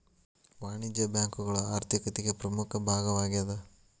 ವಾಣಿಜ್ಯ ಬ್ಯಾಂಕುಗಳು ಆರ್ಥಿಕತಿಗೆ ಪ್ರಮುಖ ಭಾಗವಾಗೇದ